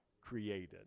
created